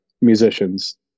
musicians